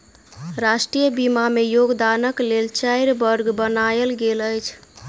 राष्ट्रीय बीमा में योगदानक लेल चाइर वर्ग बनायल गेल अछि